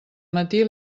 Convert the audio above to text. matí